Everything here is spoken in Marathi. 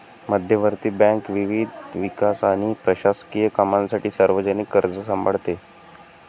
मध्यवर्ती बँक विविध विकास आणि प्रशासकीय कामांसाठी सार्वजनिक कर्ज सांभाळते